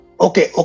Okay